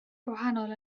gwahanol